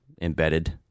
embedded